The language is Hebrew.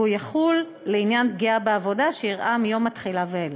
והוא יחול לעניין פגיעה בעבודה שאירעה מיום התחילה ואילך.